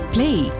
Play